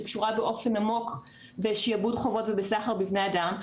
שקשורה באופן עמוק בשעבוד חובות ובסחר בבני אדם,